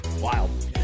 wild